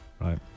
Right